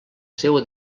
seua